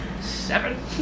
Seven